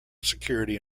security